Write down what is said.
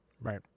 Right